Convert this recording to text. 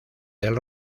del